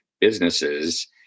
businesses